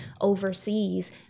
overseas